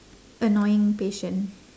annoying patient